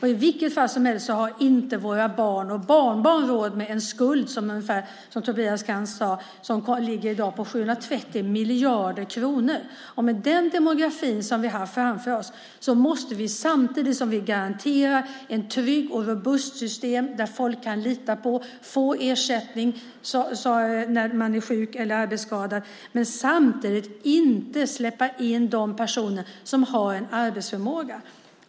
I vilket fall som helst har våra barn och barnbarn inte råd med en skuld på 730 miljarder kronor, som Tobias Krantz sade. Med den demografi vi har framför oss måste vi garantera ett tryggt och robust system som folk kan lita på och få ersättning ifrån när de blir sjuka eller får en arbetsskada samtidigt som det inte släpper in personer som har en arbetsförmåga.